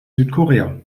südkorea